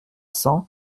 cents